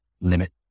limit